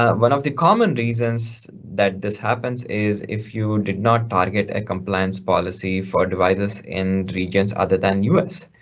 ah one of the common reasons that this happens is if you did not target a compliance policy for devices in regions other than us.